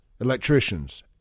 electricians